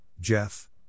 Jeff